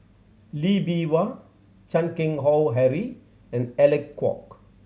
Lee Bee Wah Chan Keng Howe Harry and Alec Kuok